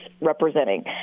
representing